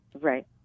Right